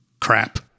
crap